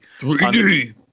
3D